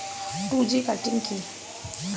Two G cutting কি?